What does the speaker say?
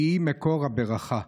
כי היא מקור הברכה'.